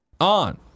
On